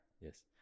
Yes